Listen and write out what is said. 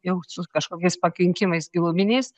jau su kažkokiais pakenkimais giluminiais